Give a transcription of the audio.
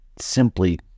simply